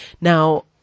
Now